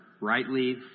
rightly